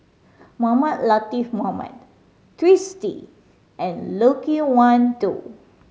Mohamed Latiff Mohamed Twisstii and Loke Wan Tho